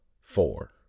four